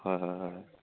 হয় হয় হয় হয়